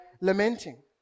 lamenting